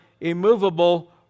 immovable